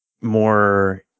more